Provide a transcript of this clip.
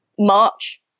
March